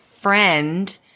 friend